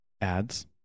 ads